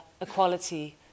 equality